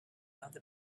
other